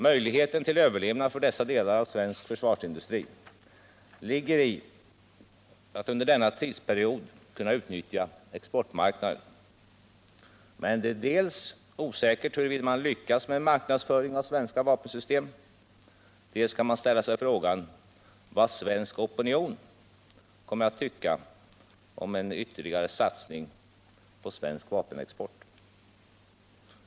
Möjligheten till överlevnad för dessa delar av svensk försvarsindustri ligger i att under denna tidsperiod utnyttja exportmarknaden, men dels är det osäkert huruvida man lyckas med en marknadsföring av svenska vapensystem, dels kan man ställa sig frågan vad svensk opinion kommer att tycka om en ytterligare satsning på svensk vapenexport.